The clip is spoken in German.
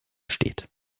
steht